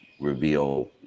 reveal